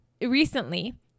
Recently